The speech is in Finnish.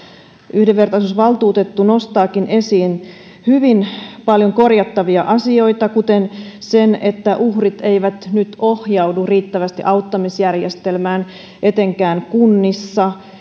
yhdenvertaisuusvaltuutettu nostaakin esiin hyvin paljon korjattavia asioita kuten sen että uhrit eivät nyt ohjaudu riittävästi auttamisjärjestelmään etenkään kunnissa